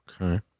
Okay